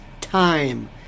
time